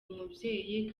umubyeyi